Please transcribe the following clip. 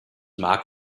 mag